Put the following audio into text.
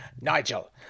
Nigel